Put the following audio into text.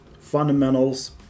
fundamentals